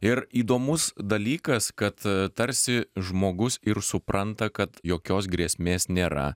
ir įdomus dalykas kad tarsi žmogus ir supranta kad jokios grėsmės nėra